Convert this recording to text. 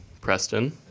Preston